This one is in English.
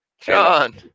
John